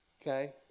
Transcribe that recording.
Okay